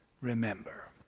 remember